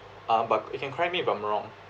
uh but you can correct me if I'm wrong